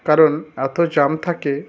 কারণ এত জ্যাম থাকে